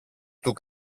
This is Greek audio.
του